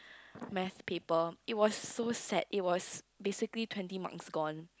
Math paper it was so sad it was basically twenty marks gone